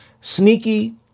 sneaky